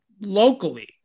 locally